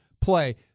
play –